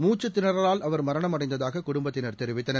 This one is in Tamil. மூச்சுத் திணறவால் அவர் மரணமடைந்ததாககுடும்பத்தினர் தெரிவித்தனர்